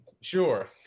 Sure